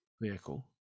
vehicle